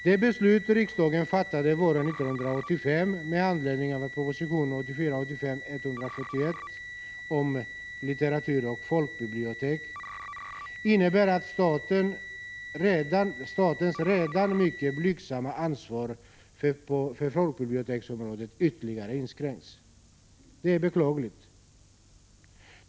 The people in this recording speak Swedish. Det beslut riksdagen fattade våren 1985 med anledning av proposition 1984/85:141 om litteratur och folkbibliotek innebar att statens redan mycket blygsamma ansvar för folkbiblioteksområdet ytterligare inskränktes. Det är beklagligt.